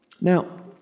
Now